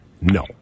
no